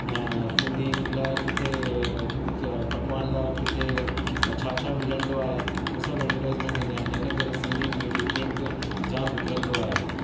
ऐं सिंधी लाइ किथे च पकवान दालि किथे छा छा मिलंदो आहे हो सभु ऐडवरटाइज़मेंट ईंदा आहिनि इन करे सिंधी प्रिंट जाम विकिरंदो आहे